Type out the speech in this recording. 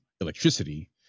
electricity